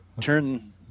turn